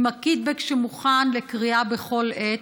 עם הקיטבג שמוכן לקריאה בכל עת,